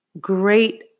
great